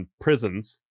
prisons